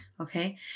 Okay